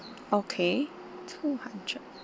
okay too much ah